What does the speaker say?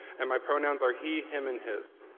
and my pronouns are he, him, and his.